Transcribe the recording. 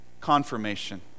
confirmation